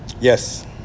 Yes